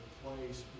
place